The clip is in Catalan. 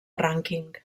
rànquing